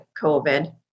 COVID